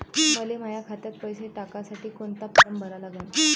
मले माह्या खात्यात पैसे टाकासाठी कोंता फारम भरा लागन?